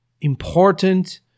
important